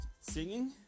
Singing